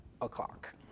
O'clock